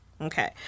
Okay